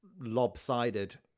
lopsided